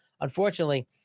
Unfortunately